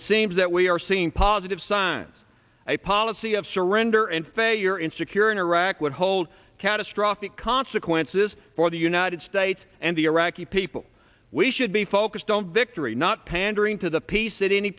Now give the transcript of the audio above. it seems that we are seeing positive signs a policy of surrender and failure in securing iraq would hold catastrophic consequences for the united states and the iraqi people we should be focus don't victory not pandering to the peace a